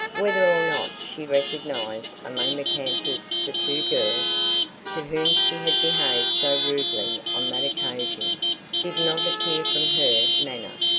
whether or not she recognized among the campers the two girls to whom she had behaved so rudely on that occasion did not appear from her manner,